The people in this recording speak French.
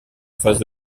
face